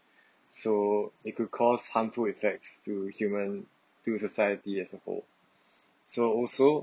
so it could cause harmful effects to human to society as a whole so also